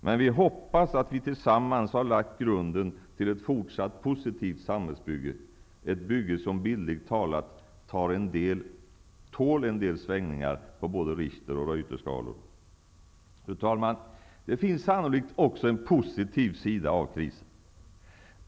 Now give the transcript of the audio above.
Men vi hoppas att vi tillsammans har lagt grunden till ett fortsatt positivt samhällsbygge, ett bygge som bildligt talat tål en del svängningar på både Richter och Fru talman! Det finns sannolikt också en positiv sida av krisen.